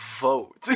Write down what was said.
vote